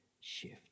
shift